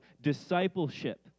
discipleship